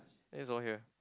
it's all here